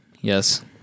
Yes